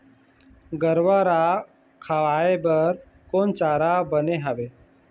गरवा रा खवाए बर कोन चारा बने हावे?